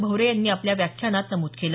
भवरे यांनी आपल्या व्याख्यानात नमूद केल